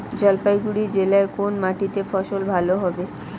জলপাইগুড়ি জেলায় কোন মাটিতে ফসল ভালো হবে?